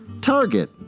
Target